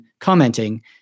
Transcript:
commenting